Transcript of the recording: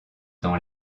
dans